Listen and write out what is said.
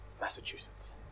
Massachusetts